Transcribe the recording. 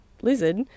lizard